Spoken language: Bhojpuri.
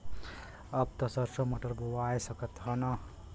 अब त सरसो मटर बोआय सकत ह न?